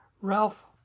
Ralph